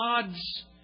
God's